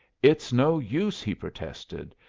it's no use! he protested.